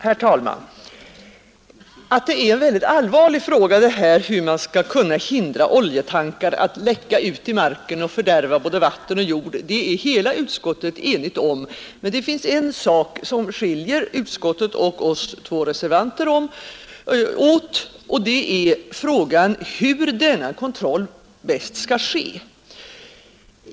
Herr talman! Att det är en allvarlig fråga, hur man skall hindra innehållet i oljetankar att läcka ut i marken och fördärva både vatten och jord, det är hela utskottet enigt om. Men det finns en sak som skiljer majoriteten och oss två reservanter åt, och det är hur kontrollen bäst skall ske.